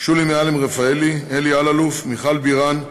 שולי מועלם-רפאלי, אלי אלאלוף, מיכל בירן,